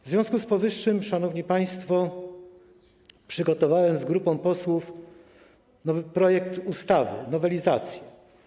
W związku z powyższym, szanowni państwo, przygotowałem z grupą posłów nowy projekt ustawy, nowelizację.